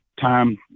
time